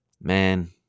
Man